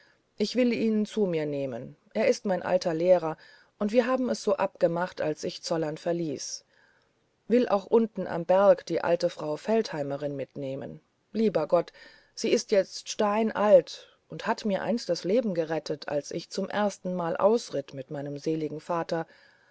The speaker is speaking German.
ich will ihn zu mir nehmen er ist mein alter lehrer und wir haben es so abgemacht als ich zollern verließ will auch unten am berg die alte frau feldheimerin mitnehmen lieber gott sie ist jetzt steinalt und hat mir einst das leben gerettet als ich zum erstenmal ausritt mit meinem seligen vater